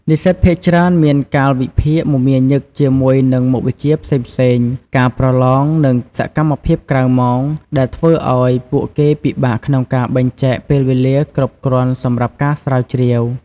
និស្សិតភាគច្រើនមានកាលវិភាគមមាញឹកជាមួយនឹងមុខវិជ្ជាផ្សេងៗ ការប្រឡង និងសកម្មភាពក្រៅម៉ោង ដែលធ្វើឱ្យពួកគេពិបាកក្នុងការបែងចែកពេលវេលាគ្រប់គ្រាន់សម្រាប់ការស្រាវជ្រាវ។